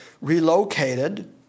relocated